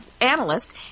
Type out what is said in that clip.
analyst